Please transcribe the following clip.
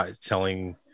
telling